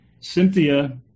Cynthia